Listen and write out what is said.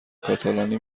کاتالانی